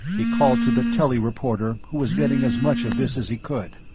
he called to the telly reporter who was getting as much of this as he could.